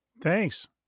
Thanks